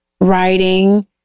writing